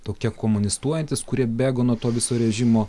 tokie komunistuojantys kurie bėgo nuo to viso režimo